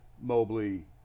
Mobley